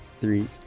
three